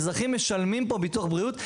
האזרחים משלמים ביטוח בריאות,